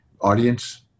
audience